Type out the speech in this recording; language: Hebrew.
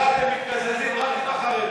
עובדה, אתם מתקזזים רק עם החרדים.